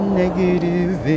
negative